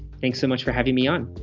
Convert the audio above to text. thanks so much for having me on